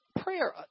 prayer